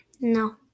No